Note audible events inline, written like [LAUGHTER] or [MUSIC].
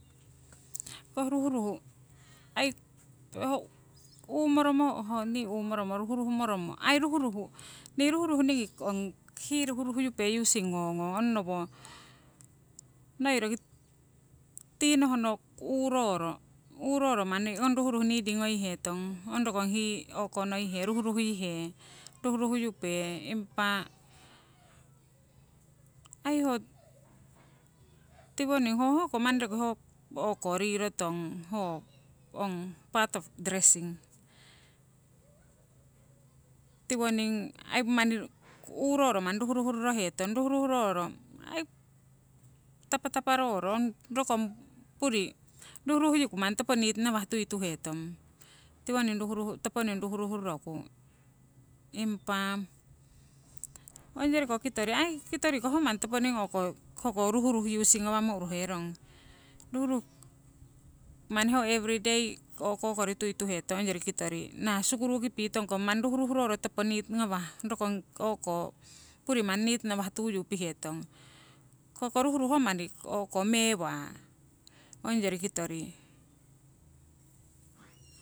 Ong koh ruhruh ai [UNINTELLIGIBLE] uumoromo ho nii uumoromo ruhruh moromo aii ruhruh, nii ruhruh ningi ong hii ruhruh yupe using ngongong onnowo noi roki tinohno uuroro, uuroro manni ong ruhruh needing ngoi hetong ongrokong hii o'konoihe ruhruh yihe, ruhruh yupe. Impa aii ho tiwoning hoho ko manni o'ko riro tong ho ong part of dressig. Tiwoning aii manni uuroro manni ruhruh roro hetong, ruhruh roro aii tapataparoro ong rokong puri ruhruh yiku manni topo neat nawah tui tuhetong. Tiwoning ruhruh toponing ruhruh roroku, impa ongyori kitori aii, kioriko ho manni toponing o'ko ho ruhruh using ngawamo uruherong, ruhruh manni ho every day o'ko kori tui tuhetong onyori kitori nah sukuruki pitongko manni ruhruh roro topo neat ngawha rokong o'ko puri manni neat ngawha tuyu pihetong. Hoko ruhruh ho manni mewa onyori kitori.